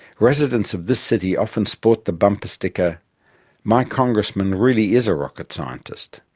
residents of this city often sport the bumper sticker my congressman really is a rocket scientist.